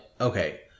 Okay